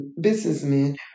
businessmen